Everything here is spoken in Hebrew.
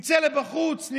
נצא החוצה,